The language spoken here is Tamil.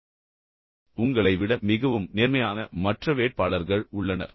ஏனென்றால் உங்களை விட மிகவும் நேர்மையான மற்ற வேட்பாளர்கள் உள்ளனர்